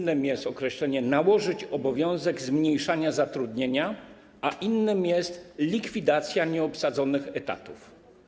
Innym jest określenie „nałożyć obowiązek zmniejszania zatrudnienia”, a innym jest „likwidacja nieobsadzonych etatów”